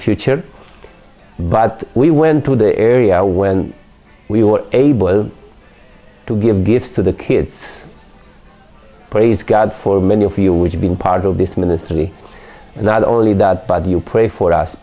future but we went to the area when we were able to give gifts to the kids praise god for many of you which been part of this ministry and not only that but you pray for us